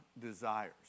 desires